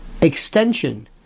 extension